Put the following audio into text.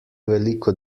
veliko